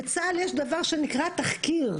בצה"ל יש מה שנקרא תחקיר.